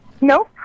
Nope